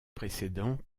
précédent